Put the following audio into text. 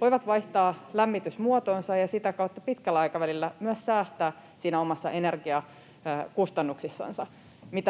voivat vaihtaa lämmitysmuotonsa ja sitä kautta pitkällä aikavälillä myös säästää niissä omissa energiakustannuksissansa.